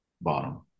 bottom